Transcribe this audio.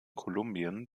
kolumbien